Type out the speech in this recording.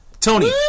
Tony